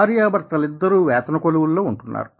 భార్యాభర్తలిద్దరూ వేతన కొలువుల్లో ఉంటున్నారు